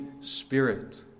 Spirit